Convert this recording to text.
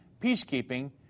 peacekeeping